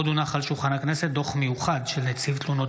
עוד הונח על שולחן הכנסת דוח מיוחד של נציב תלונות